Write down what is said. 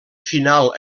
final